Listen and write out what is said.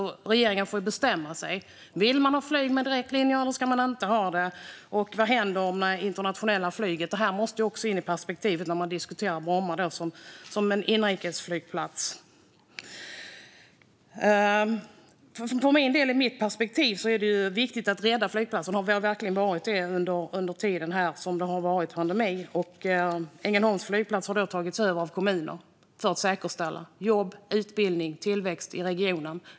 Regeringen får bestämma sig. Vill man ha flyg med direktlinjer, eller ska man inte ha det? Vad händer med det internationella flyget? Det måste också in i perspektivet när man diskuterar Bromma som en inrikesflygplats. Från mitt perspektiv har det varit viktigt att rädda flygplatsen under den tid som det har varit pandemi. Ängelholms flygplats har tagits över av kommuner för att säkra jobb, utveckling och tillväxt i regionen.